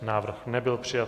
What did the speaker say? Návrh nebyl přijat.